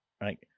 right